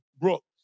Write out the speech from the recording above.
Brooks